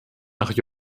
nach